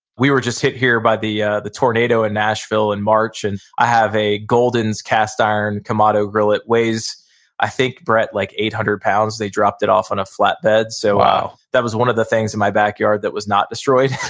we were just hit here by the ah the tornado in nashville in march and i have a golden's cast iron kamado grill that weighs i think brett like eight hundred pounds, they dropped it off on a flat bed so, wow that was one of the things in my backyard that was not destroyed